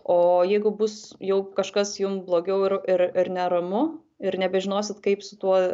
o jeigu bus jau kažkas jum blogiau ir ir ir neramu ir nebežinosit kaip su tuo